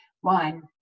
one